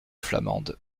flamande